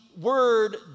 word